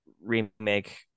remake